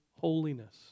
holiness